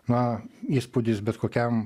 na įspūdis bet kokiam